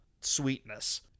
sweetness